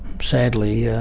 sadly,